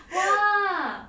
!wah!